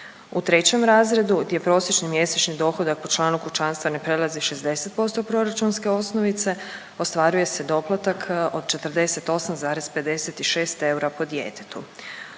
U trećem razredu gdje prosječni mjesečni dohodak po članu kućanstva ne prelazi 60% proračunske osnovice ostvaruje se doplatak od 48,56 eura po djetetu.